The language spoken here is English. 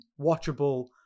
watchable